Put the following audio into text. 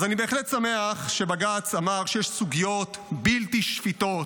אז אני בהחלט שמח שבתחילת השבוע בג"ץ אמר שיש סוגיות בלתי שפיטות,